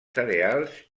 cereals